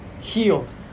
healed